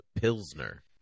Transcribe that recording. pilsner